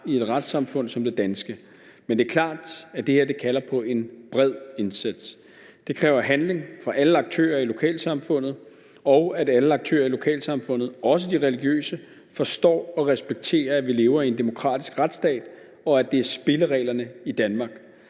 i et retssamfund som det danske. Men det er klart, at det her kalder på en bred indsats. Det kræver handling fra alle aktører i lokalsamfundet, og at alle aktører i lokalsamfundet, også de religiøse, forstår og respekterer, at vi lever i en demokratisk retsstat, og at det er spillereglerne i Danmark.